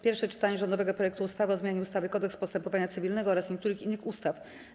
Pierwsze czytanie rządowego projektu ustawy o zmianie ustawy - Kodeks postępowania cywilnego oraz niektórych innych ustaw.